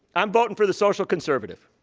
i'm voting for the social conservative.